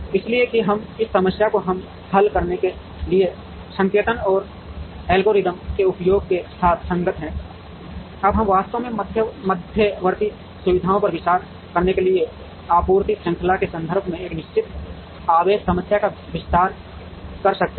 इसलिए कि हम इस समस्या को हल करने के लिए संकेतन और एल्गोरिदम के उपयोग के साथ संगत हैं अब हम वास्तव में मध्यवर्ती सुविधाओं पर भी विचार करने के लिए आपूर्ति श्रृंखला के संदर्भ में इस निश्चित आवेश समस्या का विस्तार कर सकते हैं